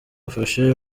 afashe